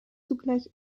zugleich